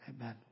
Amen